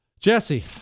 Jesse